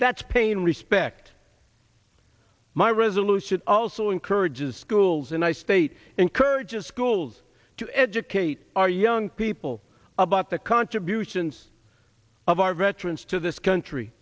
that's pain respect my resolution also encourages schools and i state encourages schools to educate our young people about the contributions of our veterans to this country